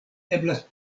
eblas